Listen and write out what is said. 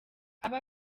aba